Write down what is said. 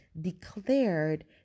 declared